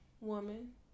woman